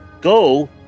go